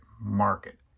market